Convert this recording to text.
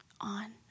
on